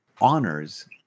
honors